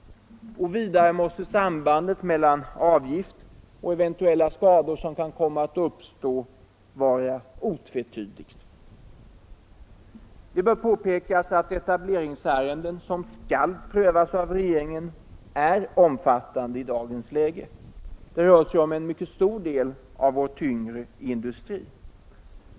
Vidare måste sambandet mellan avgift och de eventuella skador som kan komma att uppstå vara otvetydigt. Det bör påpekas att de etableringsärenden som skall prövas av regeringen är omfattande i dagens läge. Det rör sig om en mycket stor del av vår tyngre industri.